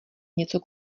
něco